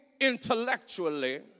intellectually